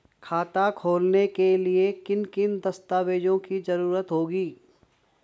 खाता खोलने के लिए किन किन दस्तावेजों की जरूरत होगी?